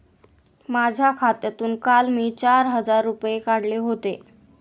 माझ्या खात्यातून काल मी चार हजार रुपये काढले होते